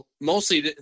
mostly